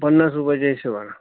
पन्नास रूपयाच्या हिशोबानं